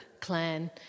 clan